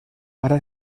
para